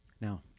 Now